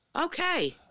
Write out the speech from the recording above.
Okay